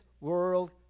world